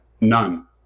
None